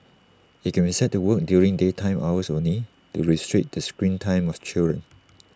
IT can be set to work during daytime hours only to restrict the screen time of children